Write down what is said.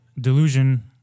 delusion